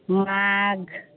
ᱢᱟᱜᱽ